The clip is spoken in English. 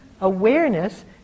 Awareness